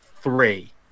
three